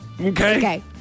Okay